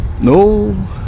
No